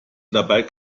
dabei